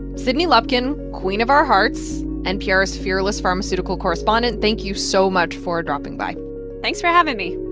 sydney lupkin, queen of our hearts, npr's fearless pharmaceutical correspondent, thank you so much for dropping by thanks for having me